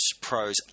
Pros